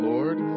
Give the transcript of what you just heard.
Lord